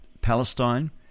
Palestine